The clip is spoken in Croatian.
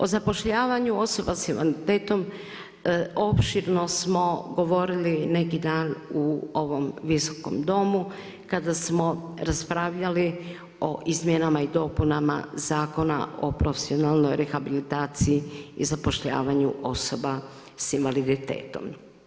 O zapošljavanju osoba sa invaliditetom opširno smo govorili neki dan u ovom Visokom domu kada smo raspravljali o Izmjenama i dopunama Zakona o profesionalnoj rehabilitaciji i zapošljavanju osoba sa invaliditetom.